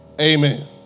Amen